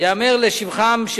ייאמר לשבחם,